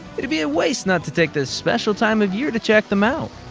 it'd be a waste not to take this special time of year to check them out.